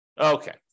Okay